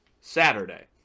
Saturday